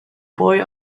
boy